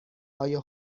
آیا